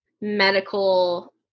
medical